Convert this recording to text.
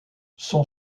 son